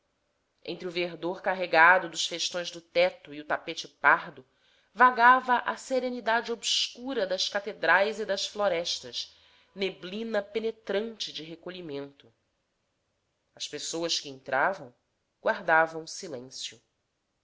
entre o verdor carregado dos festões do teto e o tapete pardo vagava a serenidade obscura das catedrais e das florestas neblina penetrante de recolhimento as pessoas que entravam guardavam silêncio